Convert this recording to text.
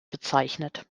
bezeichnet